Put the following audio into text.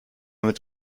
mit